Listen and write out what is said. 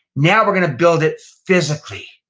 now we're gonna build it physically.